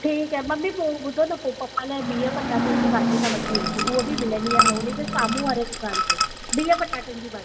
ठीकु आहे मम्मी पो ॿुधो न पोइ पपा लाइ बीहु पटाटनि जी भाॼी त वठी अचूं उहो बि मिलंदी आहे हुन जे साम्हूं वारे दुकान ते बीहु पटाटनि जी भाॼी